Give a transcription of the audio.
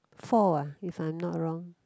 four uh if I'm not wrong